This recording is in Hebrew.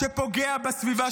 שפוגע בסביבה,